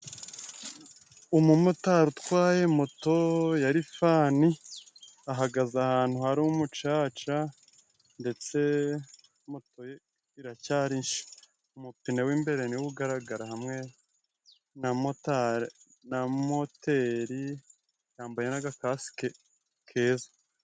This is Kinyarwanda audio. Umumotari utwaye moto ya rifani ahagaze ahantu hari umucaca ndetse moto ye iracyari nsha, umupine wi'mbere ni wo ugaragara hamwe na moteri, yambaye n'agakasike keza.